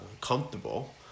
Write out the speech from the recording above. comfortable